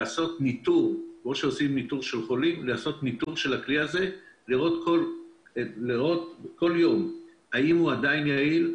צריך לעשות ניטור של הכלי הזה ולראות כל יום האם הוא עדיין יעיל.